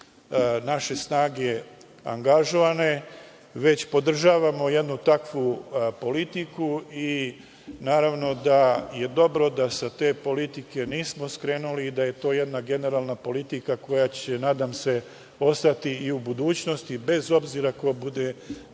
naše snage angažovane, već podržavamo jednu takvu politiku i naravno da je dobro da sa te politike nismo skrenuli, da je to jedna generalna politika koja će, nadam se, ostati i u budućnosti bez obzira ko bude bio